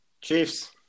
chiefs